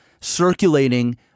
circulating